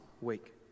week